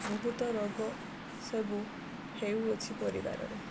ବହୁତ ରୋଗ ସବୁ ହେଉଅଛି ପରିବାରରେ